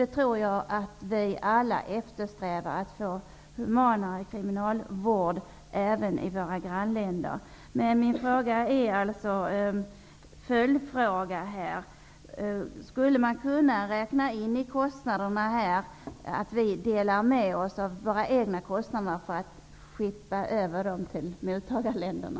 Jag tror att vi alla eftersträvar en humanare kriminalvård, även i våra grannländer. Min följdfråga blir alltså: Skulle man i kostnaderna kunna räkna in att vi skeppar över en del av dem till mottagarländerna?